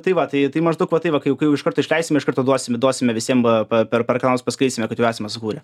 tai va tai maždaug va tai va kai jau iš karto išleisim iš karto duosim duosime visiem va per per kanalus paskleisime kad jau esame sukūrę